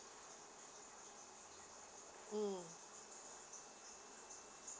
mm